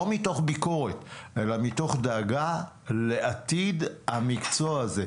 לא מתוך ביקורת אלא מתוך דאגה לעתיד המקצוע הזה,